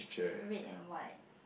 red and white